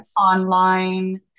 online